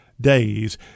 days